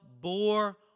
bore